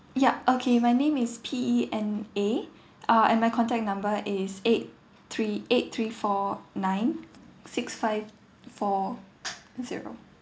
yup okay my name is P E N A uh and my contact number is eight three eight three four nine six five four zero